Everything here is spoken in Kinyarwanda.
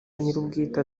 nyir’ubwite